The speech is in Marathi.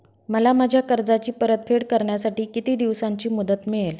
मला माझ्या कर्जाची परतफेड करण्यासाठी किती दिवसांची मुदत मिळेल?